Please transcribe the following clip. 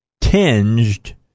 tinged